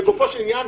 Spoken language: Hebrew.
לגופו של עניין,